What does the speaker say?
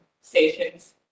stations